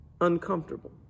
uncomfortable